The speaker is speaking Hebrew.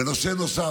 נושא נוסף.